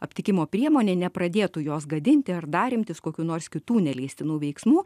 aptikimo priemonė nepradėtų jos gadinti ar dar imtis kokių nors kitų neleistinų veiksmų